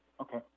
Okay